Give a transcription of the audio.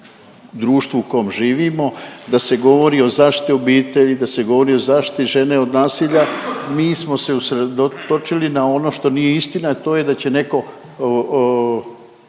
društvu u kojem živimo da se govori o zaštiti obitelji, da se govori o zaštiti žene od nasilja mi smo se usredotočili na ono što nije istina. To je da će netko